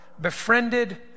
befriended